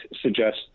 suggest